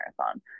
marathon